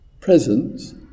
presence